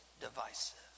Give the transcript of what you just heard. divisive